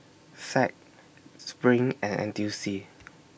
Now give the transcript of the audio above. SAC SPRING and N T U C